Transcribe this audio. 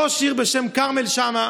ראש עיר בשם כרמל שאמה,